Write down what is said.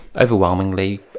overwhelmingly